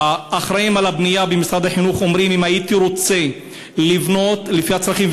האחראים על הבנייה במשרד החינוך אומרים: הייתי רוצה לבנות לפי הצרכים,